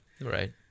Right